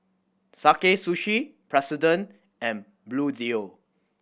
Sakae Sushi President and Bluedio